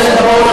מיצית.